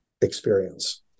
experience